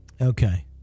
Okay